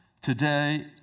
today